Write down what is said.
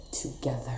together